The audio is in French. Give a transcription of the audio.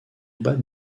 bat